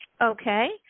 Okay